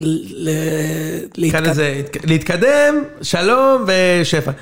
להתקדם, שלום ושפע.